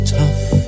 tough